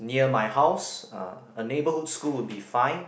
near my house a neighbourhood school would be fine